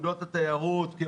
ונקודות התיירות,